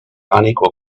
unequal